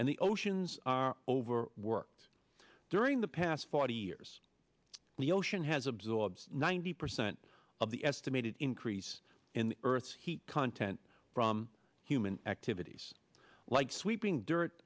and the oceans are over worked during the past forty years the ocean has absorbed ninety percent of the estimated increase in earth's heat content from human activities like sweeping dirt